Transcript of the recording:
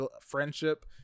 friendship